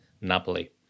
Napoli